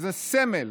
שזה סמל